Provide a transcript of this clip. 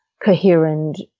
coherent